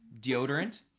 deodorant